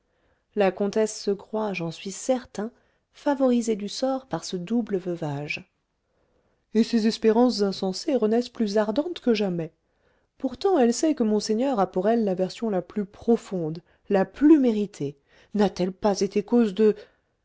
la comtesse se croit j'en suis certain favorisée du sort par ce double veuvage et ses espérances insensées renaissent plus ardentes que jamais pourtant elle sait que monseigneur a pour elle l'aversion la plus profonde la plus méritée n'a-t-elle pas été cause de